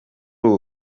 ubu